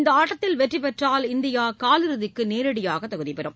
இந்த ஆட்டத்தில் வெற்றி பெற்றால் இந்தியா காலிறுதிக்கு நேரடியாக தகுதி பெறும்